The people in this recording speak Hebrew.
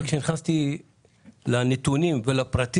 אחרי שהצטרפתי לדיון נכנסתי לנתונים ולפרטים.